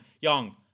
young